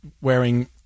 wearing